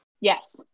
Yes